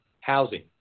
housing